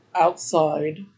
outside